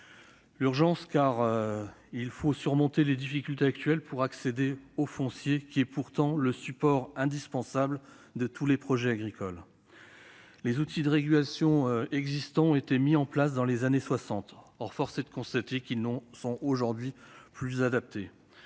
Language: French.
encore, car il faut surmonter les difficultés actuelles pour accéder au foncier, qui est pourtant le support indispensable de tous les projets agricoles. Les outils de régulation existants ont été mis en place dans les années 1960. Force est de constater qu'ils ne sont plus adaptés